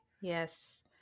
Yes